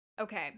Okay